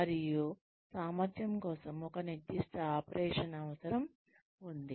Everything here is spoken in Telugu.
మరియు సామర్థ్యం కోసం ఒక నిర్దిష్ట ఆపరేషన్ అవసరం ఉంది